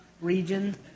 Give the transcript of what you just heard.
region